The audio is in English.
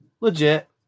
legit